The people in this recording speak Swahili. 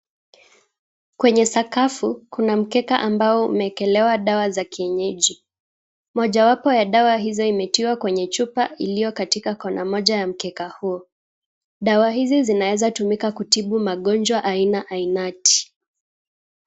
Kwenye sakafu kuna mkeka ambao umeekelewa dawa za kienyeji. Moja wapo ya dawa hizi imetiwa kwenye chupa iliyo katika kona moja ya mkeka huo. Dawa hizi zinaweza kutumika katika kutibu magonjwa aina ainati.